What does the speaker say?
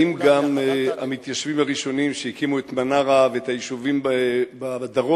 האם גם המתיישבים הראשונים שהקימו את מנרה והיישובים בדרום,